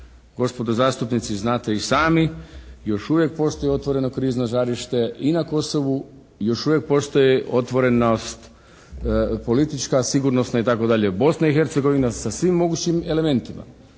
gospodo zastupnici znate i sami još uvijek postoji otvoreno krizno žarište i na Kosovu i još uvijek postoje otvorenost politička, sigurnosna itd., Bosna i Hercegovina sa svim mogućim elementima